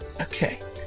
Okay